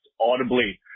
audibly